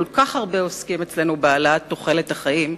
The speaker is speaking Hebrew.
כל כך הרבה עוסקים אצלנו בהעלאת תוחלת החיים,